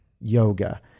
yoga